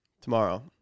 tomorrow